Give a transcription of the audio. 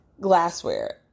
Glassware